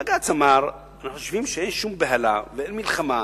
בג"ץ אמר: אנחנו חושבים שאין שום בהלה ואין מלחמה,